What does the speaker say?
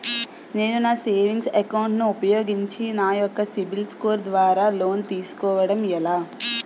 నేను నా savings account ను ఉపయోగించి నా యెక్క సిబిల్ స్కోర్ ద్వారా లోన్తీ సుకోవడం ఎలా?